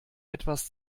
etwas